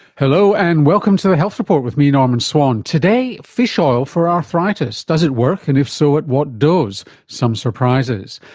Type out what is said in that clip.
hello, and welcome to the health report, with me, norman swan. today, fish oil for arthritis does it work, and if so at what dose? some surprises.